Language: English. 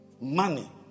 Money